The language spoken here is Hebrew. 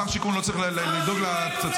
שר השיכון לא צריך לדאוג לפצצות.